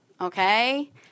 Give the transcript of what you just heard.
okay